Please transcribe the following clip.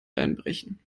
einbrechen